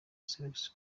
salax